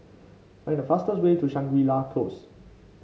find the fastest way to Shangri La Close